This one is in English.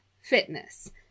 Fitness